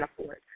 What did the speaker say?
afford